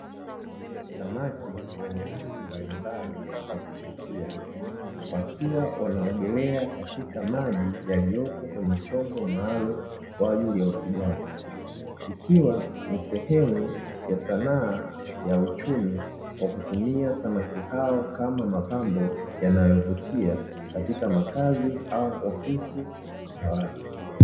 Samaki wenye rangi mbalimbali za kuvutia wakiwa wanaogelea katika maji yaliyopo kwenye chombo maalumu kwa ajili ya ufugaji, ikiwa ni sehemu ya sanaa ya uchumi kwa kutumia samaki hao kama mapambo yanayovutia katika makazi au ofisi za watu.